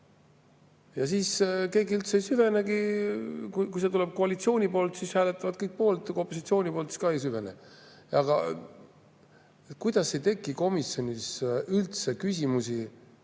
Ja keegi üldse ei süvenegi. Kui see tuleb koalitsiooni poolt, hääletavad kõik poolt, kui opositsiooni poolt, siis ka ei süvene. Kuidas ei teki komisjonis üldse küsimusi,